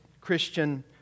Christian